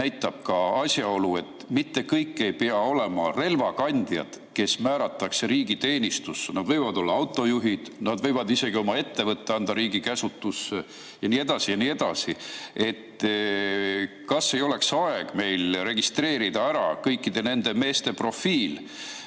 näitab ka asjaolu, et mitte kõik ei pea olema relvakandjad, kes määratakse riigiteenistusse. Nad võivad olla autojuhid, nad võivad isegi oma ettevõtte anda riigi käsutusse ja nii edasi, ja nii edasi. Kas ei oleks aeg meil registreerida ära kõikide nende meeste profiil,